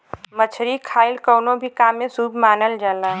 मछरी खाईल कवनो भी काम में शुभ मानल जाला